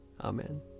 Amen